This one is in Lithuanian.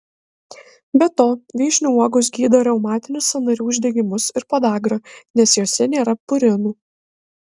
be to vyšnių uogos gydo reumatinius sąnarių uždegimus ir podagrą nes jose nėra purinų